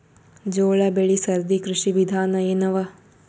ಜೋಳ ಬೆಳಿ ಸರದಿ ಕೃಷಿ ವಿಧಾನ ಎನವ?